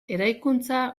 eraikuntza